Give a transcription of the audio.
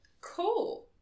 cool